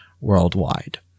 worldwide